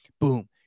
boom